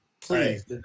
Please